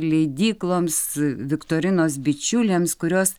leidykloms viktorinos bičiulėms kurios